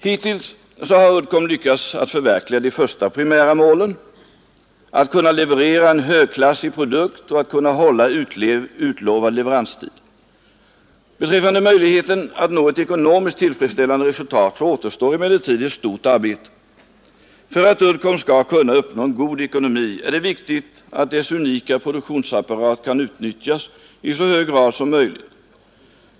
Hittills har Uddcomb lyckats att förverkliga de primära målen, att kunna leverera en högklassig produkt och att kunna hålla utlovad leveranstid. Beträffande möjligheten att nå ett ekonomiskt tillfredsställande resultat återstår emellertid ett stort arbete. För att Uddcomb skall kunna uppnå en god ekonomi är det nödvändigt att dess unika produktionsapparat kan utnyttjas i så hög grad som möjligt.